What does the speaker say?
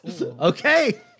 Okay